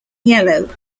yellow